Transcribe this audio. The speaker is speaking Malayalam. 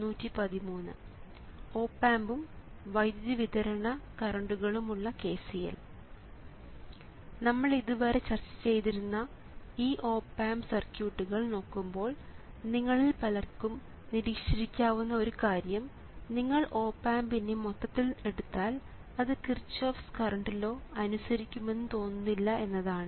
നമ്മൾ ഇതുവരെ ചർച്ച ചെയ്തിരുന്ന ഈ ഓപ് ആമ്പ് സർക്യൂട്ടുകൾ നോക്കുമ്പോൾ നിങ്ങളിൽ പലരും നിരീക്ഷിച്ചിരിക്കാവുന്ന ഒരു കാര്യം നിങ്ങൾ ഓപ് ആമ്പിനെ മൊത്തത്തിൽ എടുത്താൽ അത് Kirchhoff's current law Kirchhoffs current law അനുസരിക്കുമെന്ന് തോന്നുന്നില്ല എന്നതാണ്